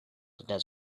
about